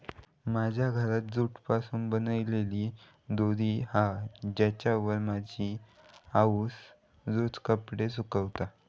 माझ्या घरात जूट पासून बनलेली दोरी हा जिच्यावर माझी आउस रोज कपडे सुकवता